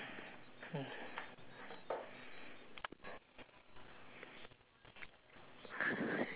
hmm